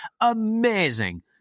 amazing